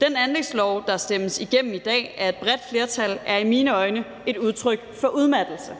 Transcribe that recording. Den anlægslov, der stemmes igennem i dag af et bredt flertal, er i mine øjne et udtryk for udmattelse.